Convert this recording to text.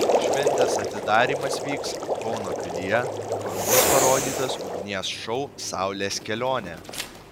šventės atidarymas vyks kauno pilyje kur bus parodytas ugnies šou saulės kelionė